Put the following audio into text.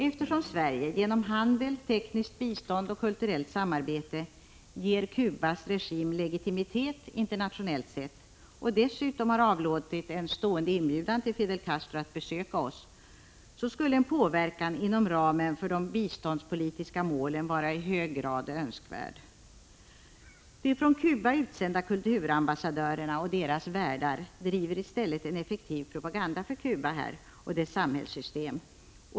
Eftersom Sverige genom handel, tekniskt bistånd och kulturellt samarbete ger Cubas regim legitimitet internationellt sett och dessutom har avlåtit en stående inbjudan till Fidel Castro att besöka oss, skulle en påverkan inom ramen för de biståndspolitiska målen vara i hög grad önskvärd. De från Cuba utsända kulturambassadörerna och deras värdar driver i stället en effektiv propaganda för Cuba och dess samhällssystem.